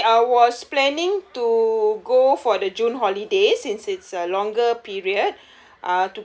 actually I was planning to go for the june holidays since it's a longer period